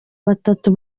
batatu